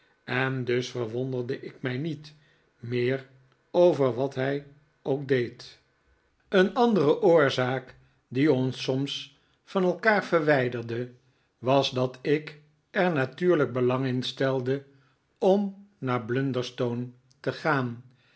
en dus verwonderde ik mij niet meer over wat hij ook deed een andere oorzaak die ons soms van elkaar verwijderde was dat ik er natuurlijk belang in stelde om naar blunderstohe te gaan